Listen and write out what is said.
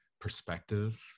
perspective